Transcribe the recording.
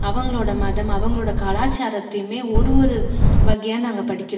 அவங்களோடய மதம் அவங்களோடய கலாச்சாரத்தையுமே ஒரு ஒரு வகையாக நாங்கள் படிக்கிறோம்